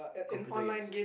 computer games